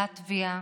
לטביה,